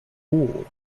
war